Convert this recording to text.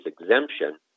exemption